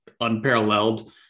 unparalleled